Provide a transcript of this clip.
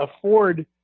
afford